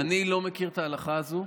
אני לא מכיר את ההלכה הזו.